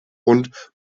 und